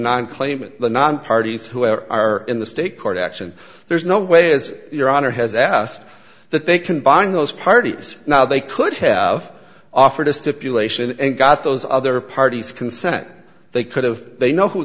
nine claimant the non parties who are in the state court action there's no way as your honor has asked that they can bind those parties now they could have offered a stipulation and got those other parties consent they could have they know who